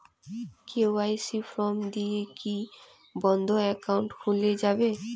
KYC form দিয়ে কি বন্ধ একাউন্ট খুলে যাবে?